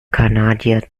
kanadier